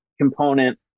component